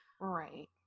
Right